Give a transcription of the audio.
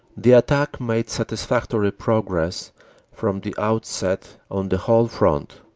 the attack made satisfactory progress from the outset on the whole front.